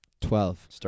Twelve